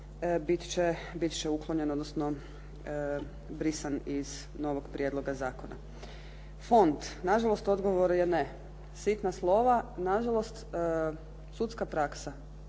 bit će uklonjen, odnosno brisan iz novog prijedloga zakona. Fond, na žalost odgovor je ne. Sitna slova. Na žalost sudska praksa,